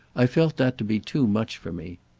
i felt that to be too much for me.